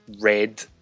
red